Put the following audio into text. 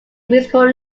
musical